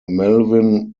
melvin